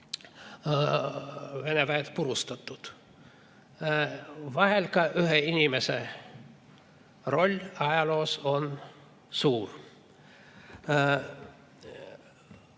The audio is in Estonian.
Vene väed purustatud. Vahel on ka ühe inimese roll ajaloos suur.